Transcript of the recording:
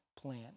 plan